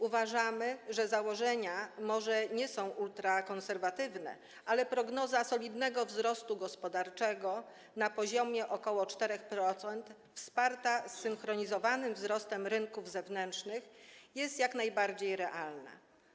Uważamy, że założenia może nie są ultrakonserwatywne, ale prognoza solidnego wzrostu gospodarczego, na poziomie 4%, wsparta zsynchronizowanym wzrostem rynków zewnętrznych jest jak najbardziej realna.